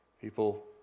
People